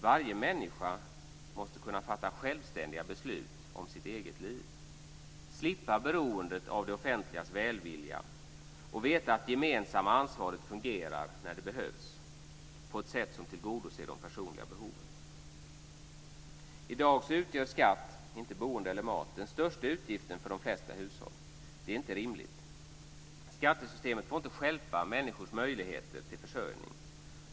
Varje människa måste kunna fatta självständiga beslut om sitt eget liv, slippa beroendet av det offentligas välvilja och veta att det gemensamma ansvaret fungerar när det behövs på ett sätt som tillgodoser de personliga behoven. I dag utgör skatt, inte boende eller mat, den största utgiften för de flesta hushåll. Det är inte rimligt. Skattesystemet får inte stjälpa människors möjligheter till försörjning.